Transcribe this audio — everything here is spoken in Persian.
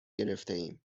گرفتهایم